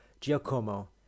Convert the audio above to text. Giacomo